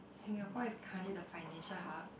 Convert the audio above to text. Singapore is currently the financial hub